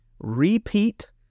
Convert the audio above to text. repeat